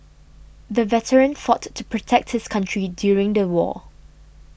the veteran fought to protect his country during the war